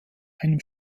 einem